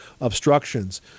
obstructions